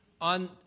on